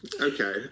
okay